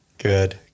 Good